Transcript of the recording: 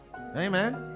Amen